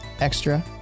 extra